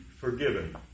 forgiven